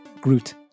Groot